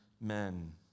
men